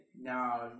now